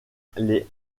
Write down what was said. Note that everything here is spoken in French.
les